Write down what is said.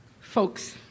Folks